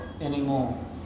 anymore